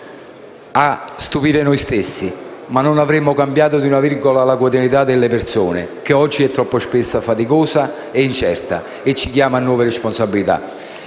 a stupire noi stessi, ma non avremo cambiato di una virgola la quotidianità delle persone, che oggi è troppo spesso faticosa e incerta e ci chiama a nuove responsabilità.